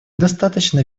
достаточно